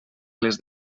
les